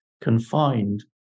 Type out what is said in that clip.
confined